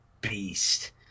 beast